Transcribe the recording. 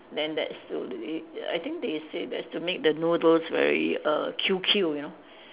then that's to i~ I think they say that's to make the noodles very err Q Q you know